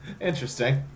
Interesting